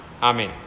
Amen